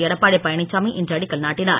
எடப்பாடி பழனிசாமி இன்று அடிக்கல் நாட்டினார்